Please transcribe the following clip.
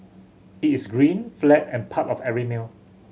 it is green flat and part of every meal